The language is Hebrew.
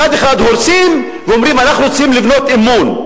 מצד אחד הורסים, ואומרים: אנחנו רוצים לבנות אמון.